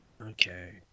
Okay